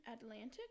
Atlantic